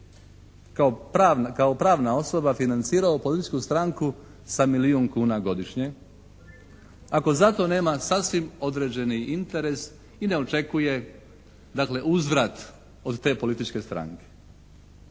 kao pravna osoba financirao političku stranku sa milijun kuna godišnje ako za to nema sasvim određeni interes i ne očekuje dakle uzvrat od te političke stranke.